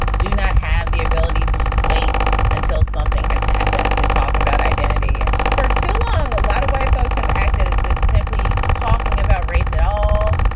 do not have the ability to just wait until something has happened. to talk about identity for too long a lot of white folks have acted as if simply talking about race at all,